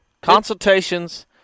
consultations